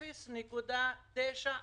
0.9%,